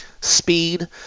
speed